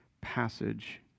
passage